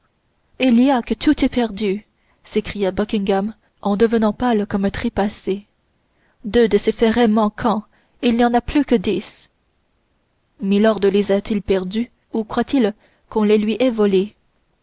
il y a que tout est perdu s'écria buckingham en devenant pâle comme un trépassé deux de ces ferrets manquent il n'y en a plus que dix milord les a-t-il perdus ou croit-il qu'on les lui ait volés